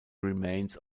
remains